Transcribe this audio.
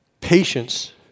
Patience